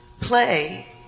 play